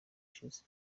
ushize